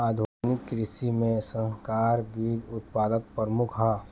आधुनिक कृषि में संकर बीज उत्पादन प्रमुख ह